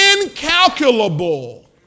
incalculable